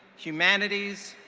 humanities,